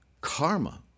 karma